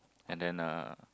and then uh